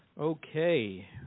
Okay